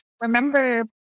remember